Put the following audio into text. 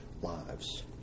lives